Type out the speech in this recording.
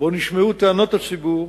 ובו נשמעו טענות הציבור,